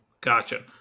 Gotcha